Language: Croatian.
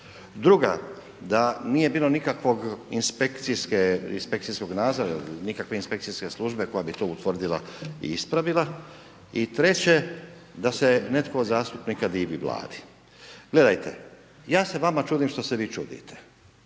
nadzora, nikakve inspekcijske službe koja bi to utvrdila i ispravila. I treće da se netko od zastupnika divi Vladi. Gledajte, ja se vama čudim što se vi čudite.